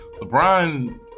LeBron